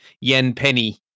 yen-penny